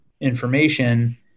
information